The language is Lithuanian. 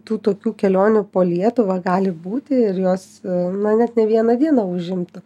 tų tokių kelionių po lietuvą gali būti ir jos na net ne vieną dieną užimtų